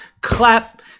clap